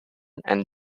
and